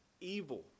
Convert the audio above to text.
evil